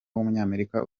w’umunyamerika